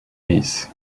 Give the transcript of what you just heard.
nice